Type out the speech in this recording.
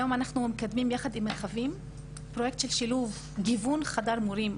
היום אנחנו מקדמים יחד עם מרחבים פרויקט של שילוב גיוון חדר מורים.